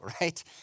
right